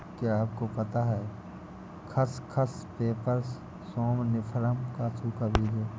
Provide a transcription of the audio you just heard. क्या आपको पता है खसखस, पैपर सोमनिफरम का सूखा बीज है?